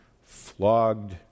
flogged